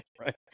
Right